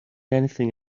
anything